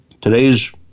Today's